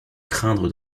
craindre